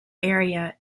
area